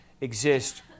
exist